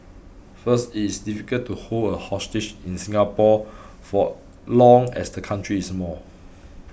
first it is difficult to hold a hostage in Singapore for long as the country is small